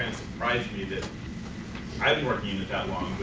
surprise me that i am working that long.